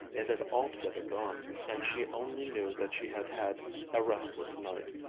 it had altogether gone, and she only knew that she had had a restless night.